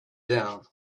down